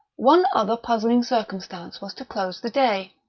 one other puzzling circumstance was to close the day.